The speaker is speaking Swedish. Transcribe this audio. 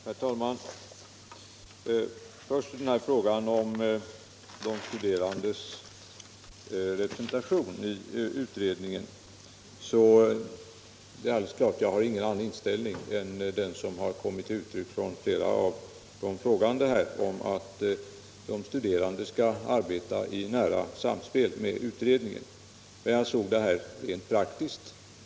Herr talman! Vad först gäller den här frågan om de studerandes representation i utredningen är det alldeles klart att jag inte har annan inställning än den som har kommit till uttryck från flera av de frågande, nämligen att de studerande skall arbeta i nära samspel med utredningen. Men jag såg det här rent praktiskt.